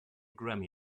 grammy